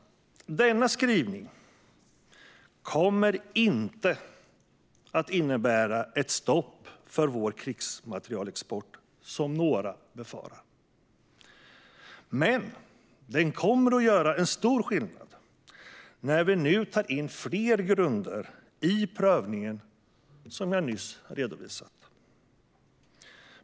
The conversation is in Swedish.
Denna skrivning kommer inte att innebära ett stopp för vår krigsmaterielexport, som några befarar. Men den kommer att göra stor skillnad när vi nu tar in fler grunder i prövningen, vilket jag nyss redovisat.